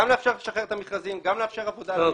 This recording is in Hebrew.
גם לאפשר לשחרר את המכרזים וגם לאפשר עבודה במפעלים.